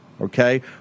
okay